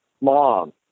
mom